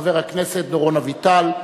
חבר הכנסת דורון אביטל,